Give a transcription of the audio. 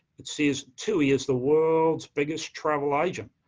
it says, tui is the world's biggest travel agent.